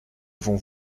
vont